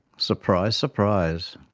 surprise, surprise.